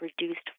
reduced